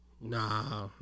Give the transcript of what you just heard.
nah